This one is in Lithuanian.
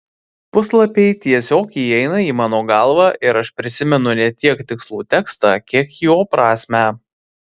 puslapiai tiesiog įeina į mano galvą ir aš prisimenu ne tiek tikslų tekstą kiek jo prasmę